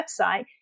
website